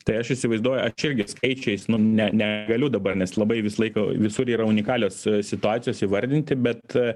tai aš įsivaizduoju aš irgi skaičiais nu ne negaliu dabar nes labai visą laiką visur yra unikalios situacijos įvardinti bet